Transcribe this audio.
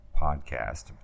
podcast